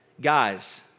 Guys